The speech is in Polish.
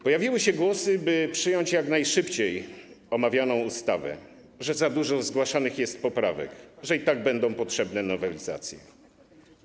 Pojawiły się głosy, by przyjąć jak najszybciej omawianą ustawę, że za dużo jest zgłaszanych poprawek, że i tak będą potrzebne nowelizacje.